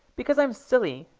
because i'm silly.